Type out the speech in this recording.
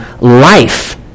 life